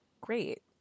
great